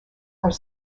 are